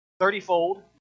thirtyfold